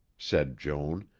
said joan,